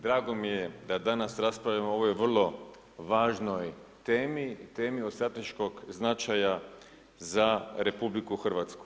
Drago mi je da danas raspravljamo o ovoj vrlo važnoj temi, temi od strateškog značaja za RH.